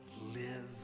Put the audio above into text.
live